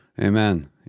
Amen